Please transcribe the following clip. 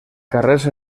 carrers